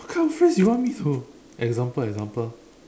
what kind of phrase you want me to example example